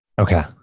Okay